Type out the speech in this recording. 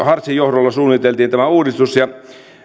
hartzin johdolla suunniteltiin tämä uudistus ja